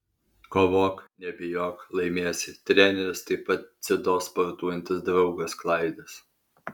kovok nebijok laimėsi treneris taip pat dziudo sportuojantis draugas klaidas